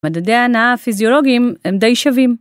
מדדי הנאה הפיזיולוגיים הם די שווים.